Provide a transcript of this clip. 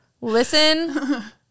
Listen